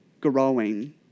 growing